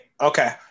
okay